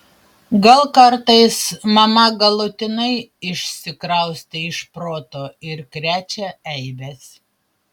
gal kartais mama galutinai išsikraustė iš proto ir krečia eibes